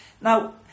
Now